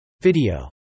Video